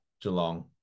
Geelong